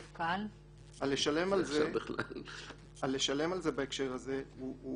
--- לשלם על זה בהקשר הזה יש